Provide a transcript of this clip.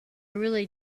really